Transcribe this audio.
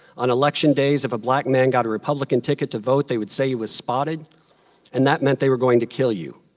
on election days if a black man got a republican ticket to vote, they would say he was spotted and that meant they were going to kill you.